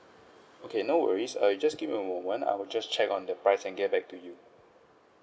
okay no worries err you just give me a moment I'll just check on the price and get back to you